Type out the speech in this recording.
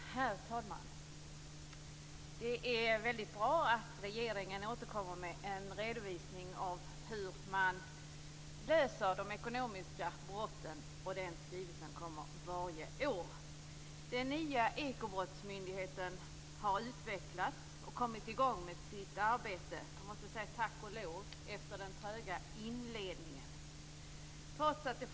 Herr talman! Det är väldigt bra att regeringen återkommer med en redovisning av hur man löser de ekonomiska brotten. Det är en skrivelse som kommer varje år. Den nya Ekobrottsmyndigheten har utvecklats och kommit i gång med sitt arbete, och jag måste säga tack och lov, efter den tröga inledningen.